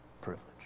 Privilege